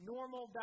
Normal